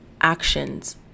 actions